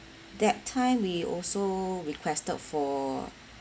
that time we also requested for